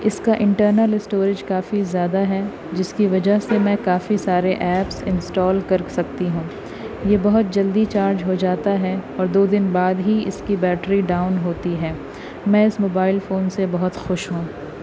اس کا internal storage کافی زیادہ ہے جس کی وجہ سے میں کافی سارے ایپس انسٹال کر سکتی ہوں یہ بہت جلدی چارج ہو جاتا ہے اور دو دن بعد ہی اس کی بیٹری ڈاؤن ہوتی ہے میں اس موبائل فون سے بہت خوش ہوں